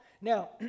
Now